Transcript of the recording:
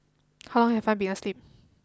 how long have I been asleep